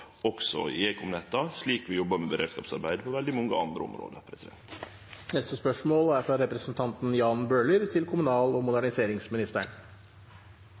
også i ekomnetta, slik vi jobbar med beredskapsarbeid på veldig mange andre område. Jeg tillater meg å stille følgende spørsmål til kommunal- og moderniseringsministeren: